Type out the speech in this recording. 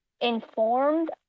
informed